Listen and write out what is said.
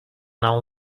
know